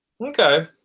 Okay